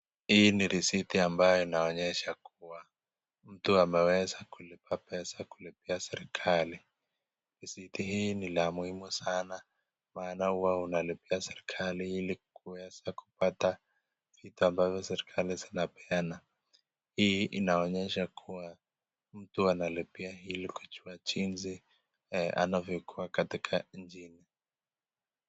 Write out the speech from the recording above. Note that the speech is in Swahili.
Hii ni risiti ambayo inaonyesha kuwa mtu ameweza kulipa pesa kulipia serikali. Risiti hii ni la muhimu sana maana huwa unalipia serikali ili kuweza kupata vita ambavyo serikali zinapeana. Hii inaonyesha kuwa mtu analipia ili kuchua chinzi anavyokuwa katika nchini.